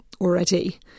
already